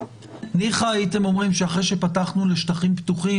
ניחא הייתם אומרים שאחרי שפתחנו לשטחים פתוחים,